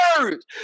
words